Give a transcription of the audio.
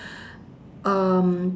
um